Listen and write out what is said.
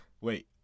wait